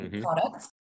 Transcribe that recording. products